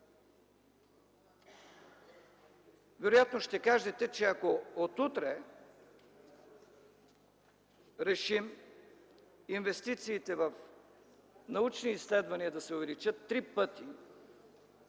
Вероятно ще кажете, че ако от утре решим инвестициите в научни изследвания да се увеличат три пъти,